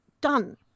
done